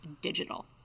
digital